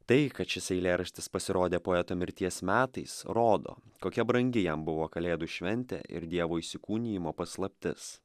tai kad šis eilėraštis pasirodė poeto mirties metais rodo kokia brangi jam buvo kalėdų šventė ir dievo įsikūnijimo paslaptis